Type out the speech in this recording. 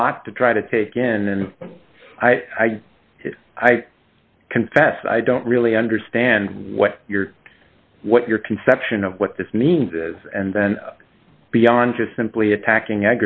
lot to try to take in and i i confess i don't really understand what your what your conception of what this means is and then beyond just simply attacking